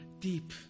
deep